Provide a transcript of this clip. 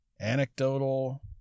anecdotal